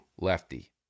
lefty